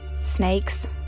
Snakes